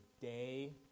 day